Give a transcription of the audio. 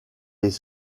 les